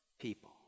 people